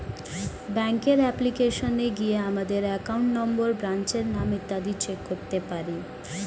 ব্যাঙ্কের অ্যাপ্লিকেশনে গিয়ে আমাদের অ্যাকাউন্ট নম্বর, ব্রাঞ্চের নাম ইত্যাদি চেক করতে পারি